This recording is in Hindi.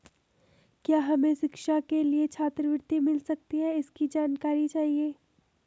क्या हमें शिक्षा के लिए छात्रवृत्ति मिल सकती है इसकी जानकारी चाहिए?